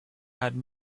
had